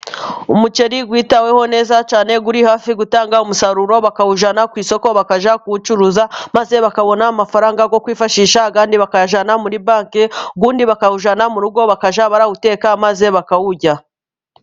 Umuceri witaweho neza cyane， uri hafi gutanga umusaruro，bakawujyana ku isoko， bakajya kuwucuruza，maze bakabona amafaranga yo kwifashisha， ayandi bakayajyana muri banke，undi bakawujyana mu rugo， bakajya bararawuteka， maze bakawurya.